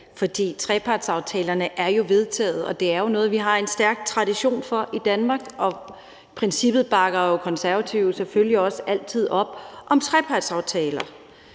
for trepartsaftalerne er jo vedtaget, og det er jo noget, vi har en stærk tradition for i Danmark, og De Konservative bakker selvfølgelig også altid op om princippet